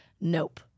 Nope